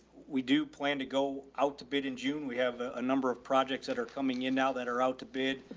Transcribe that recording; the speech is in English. we do plan to go out to bid in june. we have a number of projects that are coming in now that are out to bid,